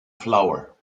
flower